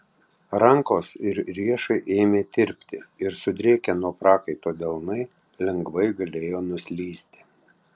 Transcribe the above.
rankos ir riešai ėmė tirpti ir sudrėkę nuo prakaito delnai lengvai galėjo nuslysti